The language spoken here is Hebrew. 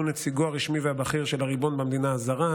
שהוא נציגו הרשמי והבכיר של הריבון במדינה הזרה,